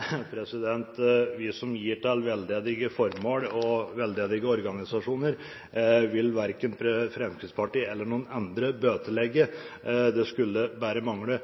Vi som gir til veldedige formål og veldedige organisasjoner, vil verken Fremskrittspartiet eller noen andre bøtelegge. Det skulle bare mangle!